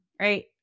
right